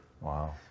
Wow